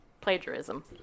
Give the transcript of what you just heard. plagiarism